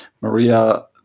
Maria